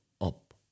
up